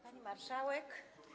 Pani Marszałek!